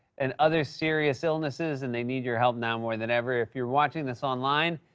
and other serious illnesses. and they need your help now more than ever. if you're watching this online,